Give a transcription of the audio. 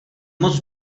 moc